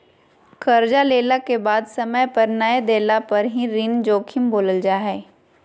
कर्जा लेला के बाद समय पर नय देला पर ही ऋण जोखिम बोलल जा हइ